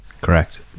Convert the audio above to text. Correct